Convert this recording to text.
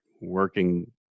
working